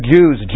Jews